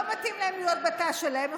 לא מתאים להם להיות בתא שלהם,